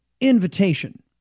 invitation